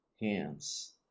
hands